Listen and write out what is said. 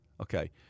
Okay